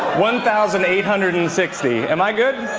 one thousand eight hundred and sixty am i good?